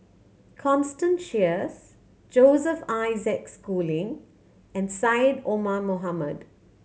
Constance Sheares Joseph Isaac Schooling and Syed Omar Mohamed